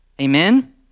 Amen